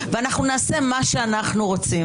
ואנחנו נעשה מה שאנחנו רוצים.